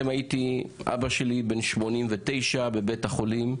אבא שלי בן 89 והוא בבית החולים.